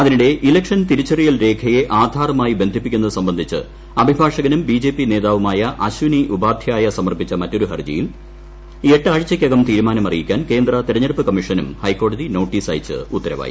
അതിനിടെ ഇലക്ഷൻ തിരിച്ചറിയൽ രേഖ്യെ ആധാറുമായി ബന്ധി പ്പിക്കുന്നത് സംബന്ധിച്ച് അഭിഭാഷ്ക്കുനു്ർ ബിജെപി നേതാവുമായ അശ്വനി ഉപാധ്യായ സമർപ്പിച്ച മുറ്റൊരു ഹർജിയിൽ എട്ടാഴ്ചയ്ക്കകം തീരുമാനം അറിയിക്കാൻ ക്ട്രേന്ദ് തെരഞ്ഞെടുപ്പ് കമ്മീഷനും ഹൈക്കോടതി നോട്ടീസ് അയ്ക്ക് ഉത്തരവായി